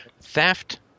theft